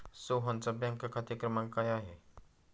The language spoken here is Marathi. सोहनचा बँक खाते क्रमांक काय आहे?